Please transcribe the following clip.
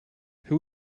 who